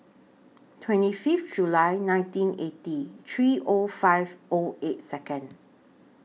twenty Fifth July nineteen eighty three O five O eight Second